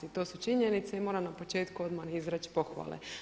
I to su činjenice i moram na početku odmah izreći pohvale.